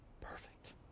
Perfect